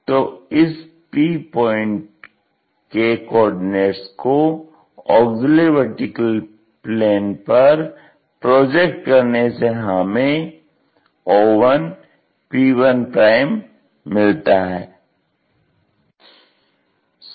तो इस P point के कोऑर्डिनटस को ऑग्ज़िल्यरी वर्टीकल प्लेन पर प्रोजेक्ट करने से हमें o1p1 मिलता है